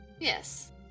Yes